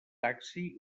taxi